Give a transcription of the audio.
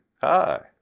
hi